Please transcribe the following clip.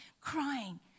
crying